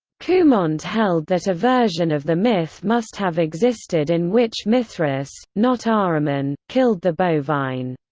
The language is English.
cumont held that a version of the myth must have existed in which mithras, not ahriman, killed the bovine.